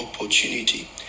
opportunity